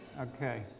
Okay